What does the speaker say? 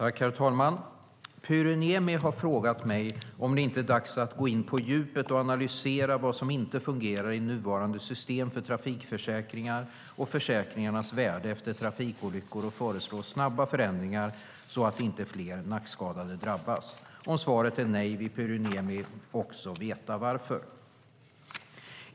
Herr talman! Pyry Niemi har frågat mig om det inte är dags att gå in på djupet och analysera vad som inte fungerar i nuvarande system för trafikförsäkringar och försäkringarnas värde efter trafikolyckor och föreslå snabba förändringar så att inte fler nackskadade drabbas. Om svaret är nej vill Pyry Niemi också veta varför.